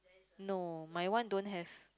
no my one don't have